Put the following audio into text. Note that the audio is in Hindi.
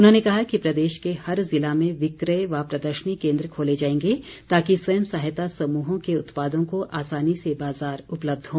उन्होंने कहा कि प्रदेश के हर ज़िला में विक्रय व प्रदर्शनी केन्द्र खोले जाएंगे ताकि स्वयं सहायता समूहों के उत्पादों का आसानी से बाज़ार उपलब्ध हो